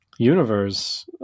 universe